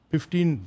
Fifteen